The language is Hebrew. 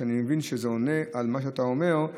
ואני מבין שזה עונה על מה שאתה אומר,